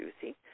juicy